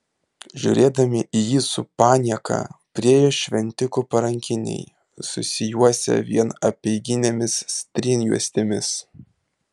žiūrėdami į jį su panieka priėjo šventikų parankiniai susijuosę vien apeiginėmis strėnjuostėmis